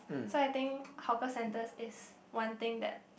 so I think hawker centers is one thing that